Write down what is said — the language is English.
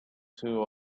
two